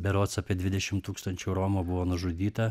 berods apie dvidešim tūkstančių romų buvo nužudyta